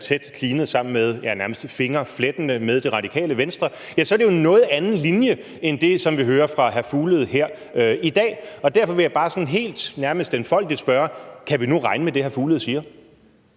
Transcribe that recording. tæt klinet op ad, ja, nærmest fingerflettende med Det Radikale Venstre – må jeg sige, at det jo er en noget anden linje end den, vi hører fra hr. Mads Fuglede her i dag. Derfor vil jeg bare sådan helt nærmest enfoldigt spørge, om vi nu kan regne med det, hr. Mads Fuglede siger.